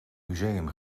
museum